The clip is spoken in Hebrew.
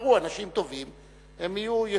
תבחרו אנשים טובים, הם יהיו יצירתיים.